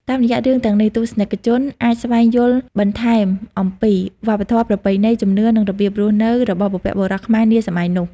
តាមរយៈរឿងទាំងនេះ ទស្សនិកជនអាចស្វែងយល់បន្ថែមអំពី វប្បធម៌ ប្រពៃណី ជំនឿ និងរបៀបរស់នៅ របស់បុព្វបុរសខ្មែរនាសម័យនោះ។